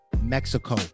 Mexico